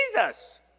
Jesus